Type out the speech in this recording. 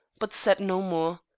but said no more.